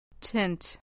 Tint